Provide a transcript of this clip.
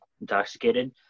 intoxicated